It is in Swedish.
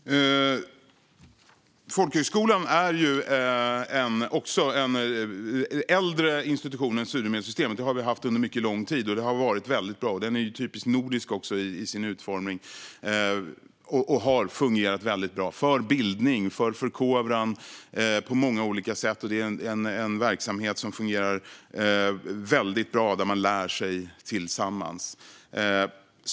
Fru talman! Folkhögskolan är en äldre institution än studiemedelssystemet. Den har funnits under mycket lång tid och har varit väldigt bra. Folkhögskolan är typiskt nordisk i sin utformning och har fungerat mycket bra för bildning och förkovran på många olika sätt. Det är en verksamhet som fungerar bra och där man lär sig tillsammans.